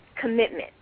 commitment